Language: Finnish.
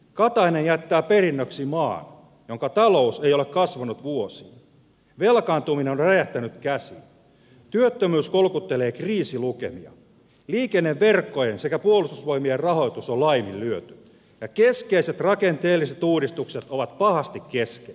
katainen jättää perinnöksi maan jonka talous ei ole kasvanut vuosiin velkaantuminen on räjähtänyt käsiin työttömyys kolkuttelee kriisilukemia liikenneverkkojen sekä puolustusvoimien rahoitus on laiminlyöty ja keskeiset rakenteelliset uudistukset ovat pahasti kesken